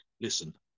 listen